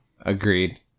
agreed